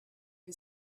who